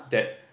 that